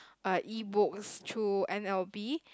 uh e-books through n_l_b